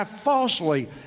falsely